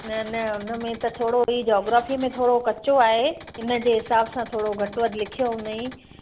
न न उनमें त थोरो ई जॉग्रॉफ़ीअ में थोरो कचो आहे इनजे हिसाब सां थोरो घटि वधि लिखियो हुंदईं